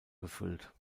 gefüllt